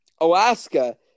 Alaska